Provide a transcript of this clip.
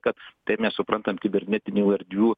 kad mes suprantam kibernetinių erdvių